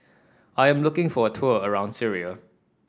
I am looking for a tour around Syria